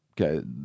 Okay